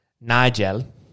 Nigel